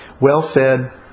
Well-fed